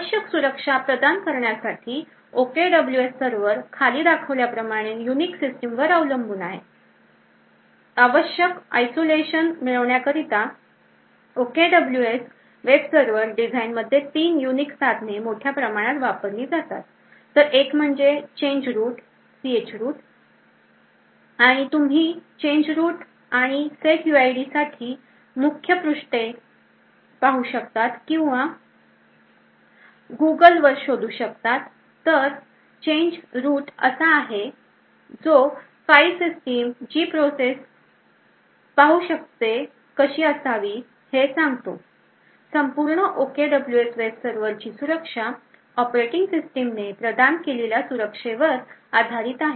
आवश्यक सुरक्षा प्रदान करण्यासाठी OKWS सर्व्हर खाली दाखविल्या प्रमाणे युनिक सिस्टीम वर अवलंबून आहे आवश्यक आईसोलेशन मिळवण्याकरिता OKWS वेब सर्वर डिझाईन मध्ये तीन युनिक साधने मोठ्या प्रमाणात वापरली जातात तर एक म्हणजे Change root chroot आणि तुम्ही Change root आणि setuid साठी मुख्यपृष्ठे पाहू शकतात किंवा Google वर शोधू शकतात तर Change root असा आहे जो फाइल सिस्टम जी प्रोसेस पाहू शकते कशी असावी हे सांगतो संपूर्ण OKWS वेब सर्वर ची सुरक्षा ऑपरेटिंग सिस्टमने प्रदान केलेल्या सुरक्षेवर आधारित आहे